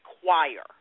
require